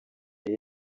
yari